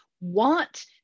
want